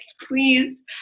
please